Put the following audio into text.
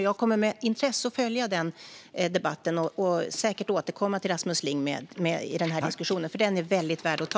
Jag kommer att med intresse följa denna debatt. Jag kommer säkert att återkomma till Rasmus Ling i denna diskussion, för den är mycket väl värd att ta.